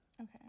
Okay